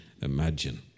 imagine